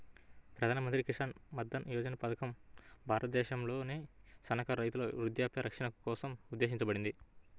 ప్రధాన్ మంత్రి కిసాన్ మన్ధన్ యోజన పథకం భారతదేశంలోని సన్నకారు రైతుల వృద్ధాప్య రక్షణ కోసం ఉద్దేశించబడింది